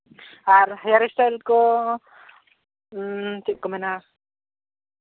ᱟᱨ hair style ᱠᱚ ᱦᱮᱸ ᱪᱮᱫ ᱠᱚ ᱢᱮᱱᱟ